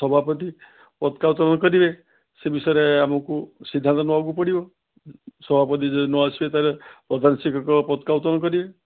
ସଭାପତି ପତାକା ଉତ୍ତୋଳନ କରିବେ ସେ ବିଷୟରେ ଆମକୁ ସିଦ୍ଧାନ୍ତ ନେବାକୁ ପଡ଼ିବ ସଭାପତି ଯଦି ନ ଆସିବେ ତାହେଲେ ପ୍ରଧାନଶିକ୍ଷକ ପତାକା ଉତ୍ତୋଳନ କରିବେ